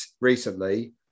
recently